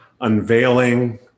unveiling